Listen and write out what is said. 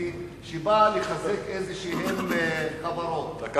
קפיטליסטי שבא לחזק חברות כלשהן.